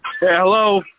Hello